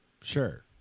Sure